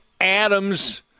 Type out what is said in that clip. adams